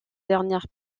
dernière